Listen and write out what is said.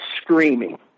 screaming